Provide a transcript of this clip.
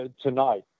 tonight